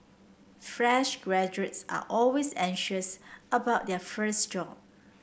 fresh graduates are always anxious about their first job